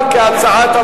לא נתקבלו.